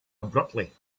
abruptly